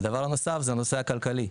הדבר הנוסף זה הנושא הכלכלי.